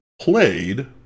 played